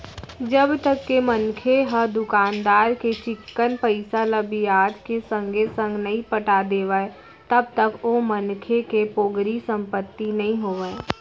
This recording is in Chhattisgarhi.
जब तक के मनखे ह दुकानदार के चिक्कन पइसा ल बियाज के संगे संग नइ पटा देवय तब तक ओ मनखे के पोगरी संपत्ति नइ होवय